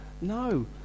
No